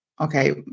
okay